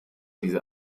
diese